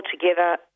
together